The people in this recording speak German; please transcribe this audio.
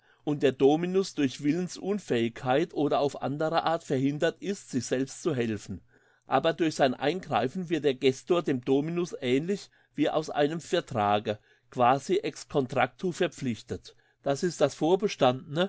und der dominus durch willensunfähigkeit oder auf andere art verhindert ist sich selbst zu helfen aber durch sein eingreifen wird der gestor dem dominus ähnlich wie aus einem vertrage quasi ex contractu verpflichtet das ist das